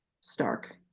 stark